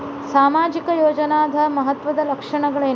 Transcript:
ಸಾಮಾಜಿಕ ಯೋಜನಾದ ಮಹತ್ವದ್ದ ಲಕ್ಷಣಗಳೇನು?